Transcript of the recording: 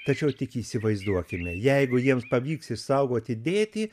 tačiau tik įsivaizduokime jeigu jiems pavyks išsaugoti dėtį